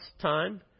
time